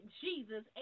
Jesus